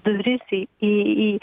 duris į į į